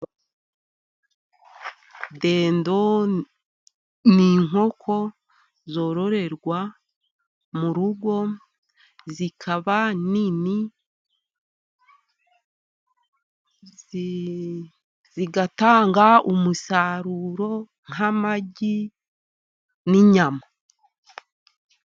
Dendo ni inkoko zororerwa mu rugo, zikaba nini, zigatanga umusaruro nk'amagi n'inyama.